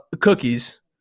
cookies